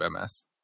MS